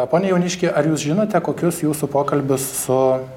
pone jauniški ar jūs žinote kokius jūsų pokalbius su